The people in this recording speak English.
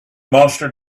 monster